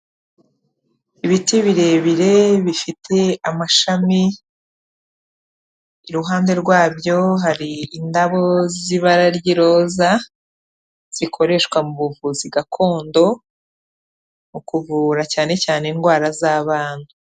Ibiti birebire bifite amashami, iruhande rwabyo hari indabo z'ibara ry'iroza zikoreshwa mu buvuzi gakondo, mu kuvura cyane cyane indwara z'abana.